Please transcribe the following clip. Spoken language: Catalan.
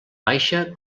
baixa